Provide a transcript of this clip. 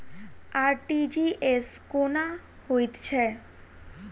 RTGS कोना होइत छै?